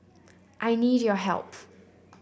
I need your help